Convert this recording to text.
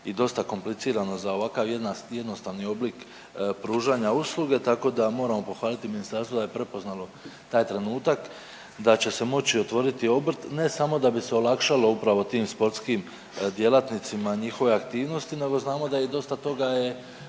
i dosta komplicirano za ovakav jednostavni oblik pružanja usluge, tako da moramo pohvaliti ministarstvo da je prepoznalo taj trenutak da će se moći otvoriti obrt ne samo da bi se olakšalo upravo tim sportskim djelatnostima njihove aktivnosti nego znamo da i dosta toga